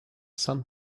sun